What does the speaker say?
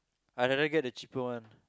I rather get the cheaper one